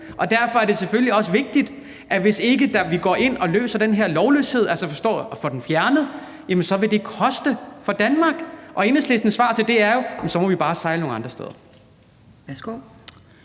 og derfor er det selvfølgelig også vigtigt, for hvis vi ikke går ind og løser den her lovløshed og får den fjernet, vil det koste for Danmark. Og Enhedslistens svar til det er jo, at vi så bare må sejle nogle andre steder.